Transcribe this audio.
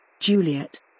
Juliet